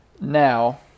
Now